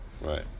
Right